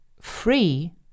free